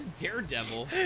Daredevil